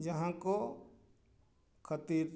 ᱡᱟᱦᱟᱸ ᱠᱚ ᱠᱷᱟᱹᱛᱤᱨ